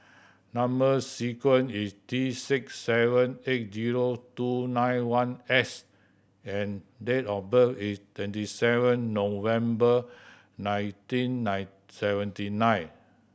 number sequence is T six seven eight zero two nine one S and date of birth is twenty seven November nineteen nine seventy nine